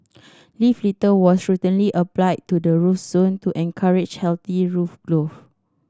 leaf litter was routinely applied to the root zone to encourage healthy root growth